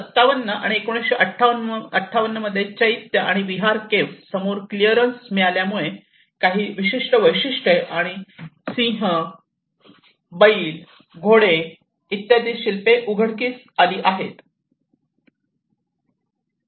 1957 आणि 1958 मध्ये चैत्य आणि विहार केव्ह समोर क्लिअरन्स मिळाल्यामुळे काही विशिष्ट वैशिष्ट्ये आणि सिंह आणि बैल घोडे इत्यादी शिल्पे उघडकीस आली आहेत